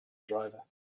driver